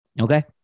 Okay